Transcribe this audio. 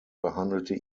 behandelte